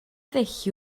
ddull